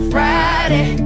Friday